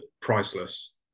priceless